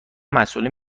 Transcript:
مسئولین